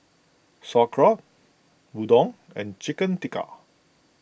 Sauerkraut Udon and Chicken Tikka